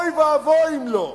אוי ואבוי אם לא,